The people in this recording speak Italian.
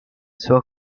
suo